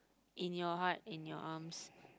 in your heart in your arms